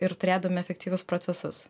ir turėdami efektyvius procesus